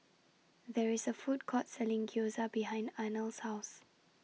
There IS A Food Court Selling Gyoza behind Arnold's House